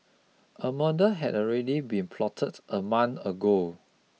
a murder had already been plotted a month ago